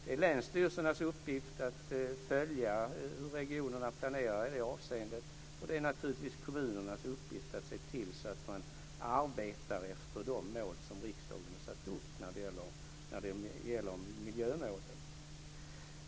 Det är länsstyrelsernas uppgift att följa hur regionerna planerar i det avseendet, och det är naturligtvis kommunernas uppgift att se till att man arbetar efter de miljömål som riksdagen har satt upp.